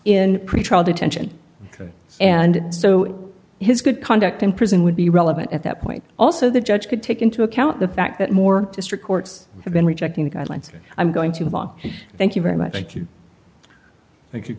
in pretrial detention and so his good conduct in prison would be relevant at that point also the judge could take into account the fact that more district courts have been rejecting the guidelines i'm going to thank you very much thank you thank you